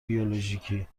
بیولوژیکی